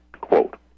Quote